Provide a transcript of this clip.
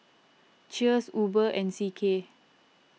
Cheers Uber and C K